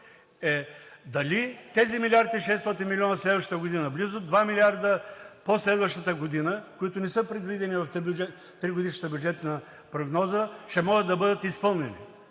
е дали тези 1 милиард и 600 милиона следващата година, близо 2 милиарда по-следващата година, които не са предвидени в тригодишната бюджетна прогноза, ще могат да бъдат изпълнени.